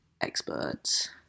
experts